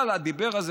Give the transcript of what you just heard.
אבל הדיבר הזה,